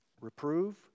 Reprove